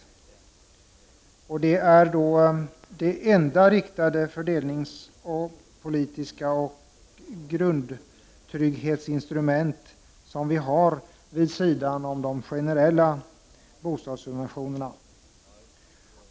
Bostadsbidragen utgör det enda riktade fördelningspolitiska grundtrygghetsinstrument som vi har vid sidan av de generella bostadssubventionerna.